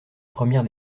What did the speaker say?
première